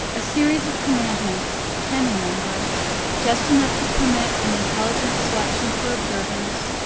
a series of commandments, ten in number just enough to permit an intelligent selection for observance,